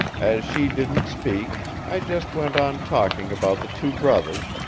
as she didn't speak, i just went on talking about the two brothers,